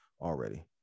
already